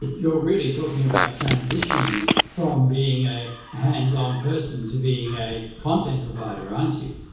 you're really talking about transitioning from being a hands-on person to being a content provider, aren't you?